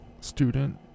student